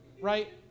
right